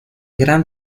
grand